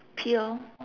pail